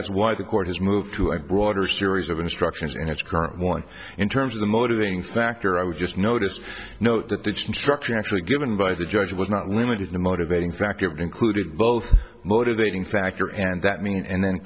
that's why the court has moved to a broader series of instructions in its current one in terms of the motivating factor i was just noticed note that the instruction actually given by the judge was not limited the motivating factor included both motivating factor and that meaning and then